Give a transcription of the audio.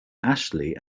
ashley